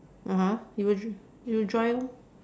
(uh huh) it will it will dry lor